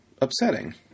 upsetting